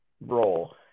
role